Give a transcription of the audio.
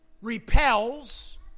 repels